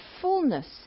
fullness